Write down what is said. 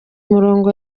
umurongo